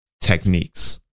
techniques